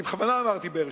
אני בכוונה אמרתי באר-שבע.